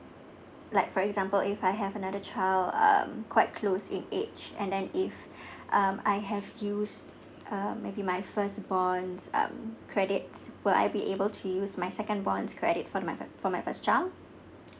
like for example if I have another child um quite close in age and then if um I have used uh maybe my first born um credits will I be able to use my second born's credit for my fir~ for my first child